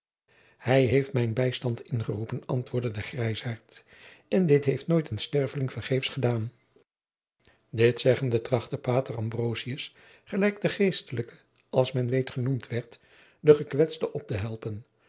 hij heeft mijn bijstand ingeroepen antwoordde de grijzaart en dit heeft nooit een sterveling vergeefs gedaan dit zeggende trachtte pater ambrosius gelijk de geestelijke als men weet genoemd werd den gekwetste op te helpten